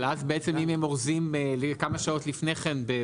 אבל אז בעצם אם הם אורזים כמה שעות לפני כן?